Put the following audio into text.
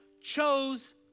chose